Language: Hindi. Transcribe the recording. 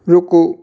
रुको